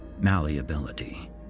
malleability